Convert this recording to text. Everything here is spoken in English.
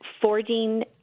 forging